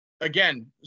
again